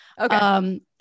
Okay